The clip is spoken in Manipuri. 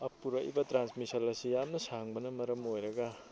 ꯄꯨꯔꯛꯏꯕ ꯇ꯭ꯔꯥꯟꯁꯃꯤꯁꯟ ꯑꯁꯤ ꯌꯥꯝꯅ ꯁꯥꯡꯕꯅ ꯃꯔꯝ ꯑꯣꯏꯔꯒ